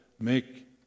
make